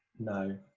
no.